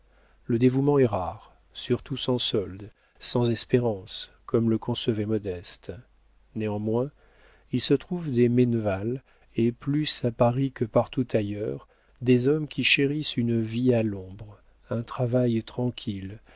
le dévouement est rare surtout sans solde sans espérance comme le concevait modeste néanmoins il se trouve des menneval et plus à paris que partout ailleurs des hommes qui chérissent une vie à l'ombre un travail tranquille